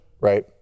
Right